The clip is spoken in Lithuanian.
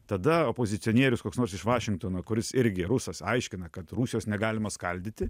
tada opozicionierius koks nors iš vašingtono kuris irgi rusas aiškina kad rusijos negalima skaldyti